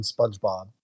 SpongeBob